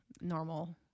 normal